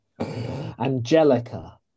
Angelica